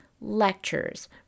lectures